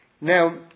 Now